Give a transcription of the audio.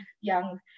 young